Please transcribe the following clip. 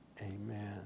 Amen